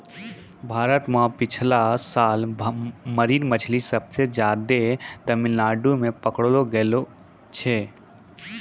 भारत मॅ पिछला साल मरीन मछली सबसे ज्यादे तमिलनाडू मॅ पकड़लो गेलो छेलै